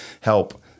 help